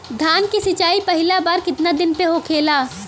धान के सिचाई पहिला बार कितना दिन पे होखेला?